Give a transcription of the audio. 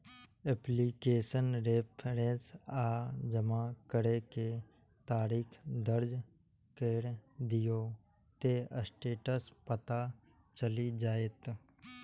application reference आ जमा करै के तारीख दर्ज कैर दियौ, ते स्टेटस पता चलि जाएत